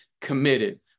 committed